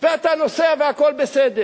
ואתה נוסע והכול בסדר.